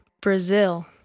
brazil